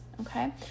okay